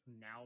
now